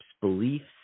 beliefs